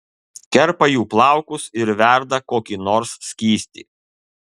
kerpa jų plaukus ir verda kokį nors skystį